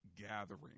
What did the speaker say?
gathering